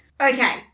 Okay